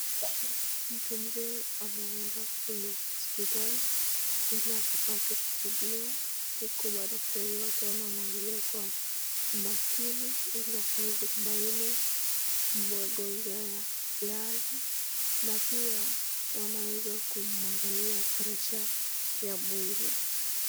Mtu mzee ameenda kule hosiptali ili akapate kutibiwa huku madaktari wakiwa wanamwangalia kwa umakini, ili waweze kubaini magonjwa yale na pia wanaweza kumwangalia pressure ya mwili.